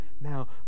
now